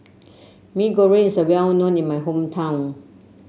Mee Goreng is well known in my hometown